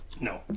No